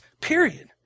Period